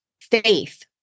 faith